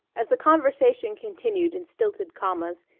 as the conversation continued in stilted commas,